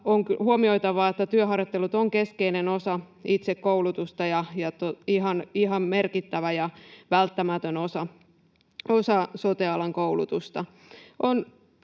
On huomioitava, että työharjoittelut on keskeinen osa itse koulutusta ja ihan merkittävä ja välttämätön osa sote-alan koulutusta.